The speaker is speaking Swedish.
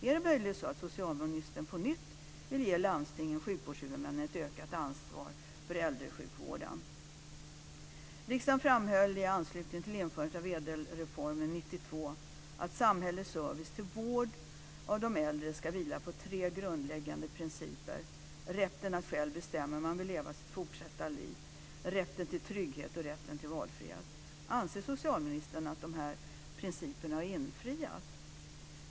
Är det möjligen så att socialministern på nytt vill ge landstingen och sjukvårdshuvudmännen ett ökat ansvar för äldresjukvården? Riksdagen framhöll i anslutning till införandet av ädelreformen 1992 att samhällets service till vård av de äldre ska vila på tre grundläggande principer: rätten att själv bestämma hur man vill leva sitt fortsatta liv, rätten till trygghet och rätten till valfrihet. Anser socialministern att de här principerna har infriats?